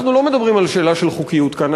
אנחנו לא מדברים על שאלה של חוקיות כאן,